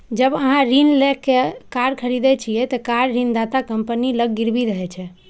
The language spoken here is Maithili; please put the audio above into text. जब अहां ऋण लए कए कार खरीदै छियै, ते कार ऋणदाता कंपनी लग गिरवी रहै छै